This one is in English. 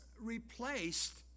replaced